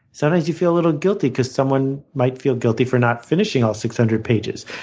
sometimes you feel a little guilty because someone might feel guilty for not finishing all six hundred pages.